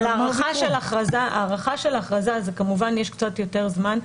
אבל הארכה של הכרזה זה כמובן יש קצת יותר זמן.